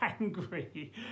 angry